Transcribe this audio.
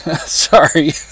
Sorry